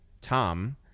Tom